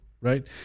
right